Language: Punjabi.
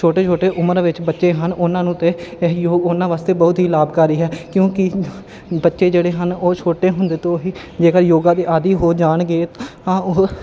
ਛੋਟੇ ਛੋਟੇ ਉਮਰ ਵਿੱਚ ਬੱਚੇ ਹਨ ਉਹਨਾਂ ਨੂੰ ਅਤੇ ਇਹ ਯੋਗ ਉਹਨਾਂ ਵਾਸਤੇ ਬਹੁਤ ਹੀ ਲਾਭਕਾਰੀ ਹੈ ਕਿਉਂਕਿ ਬੱਚੇ ਜਿਹੜੇ ਹਨ ਉਹ ਛੋਟੇ ਹੁੰਦੇ ਤੋਂ ਹੀ ਜੇਕਰ ਯੋਗਾ ਦੇ ਆਦੀ ਹੋ ਜਾਣਗੇ ਤਾਂ ਉਹ